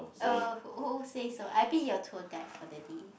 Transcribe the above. uh who who say so I be your tour guide for the day